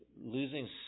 losing